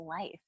life